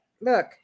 Look